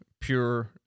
pure